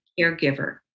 caregiver